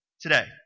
today